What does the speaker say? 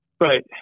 Right